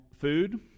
food